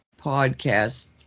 podcast